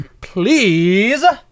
please